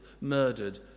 murdered